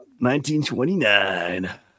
1929